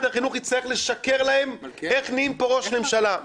החינוך יצטרך לשקר לילדי ישראל איך נהיים פה ראש ממשלה.